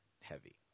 heavy